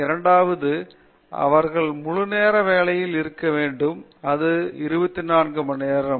இரண்டாவதாக அவர்கள் முழு நேர வேலையில் இருக்க வேண்டும் அது 24 மணி நேரம்